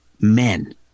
men